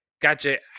Gadget